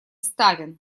ставен